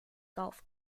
golf